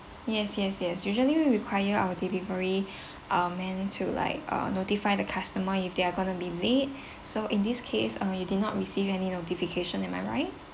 yes yes yes usually we require our delivery um managed to like uh notify the customer if they are gonna be late so in this case uh you did not receive any notification am I right